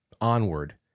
onward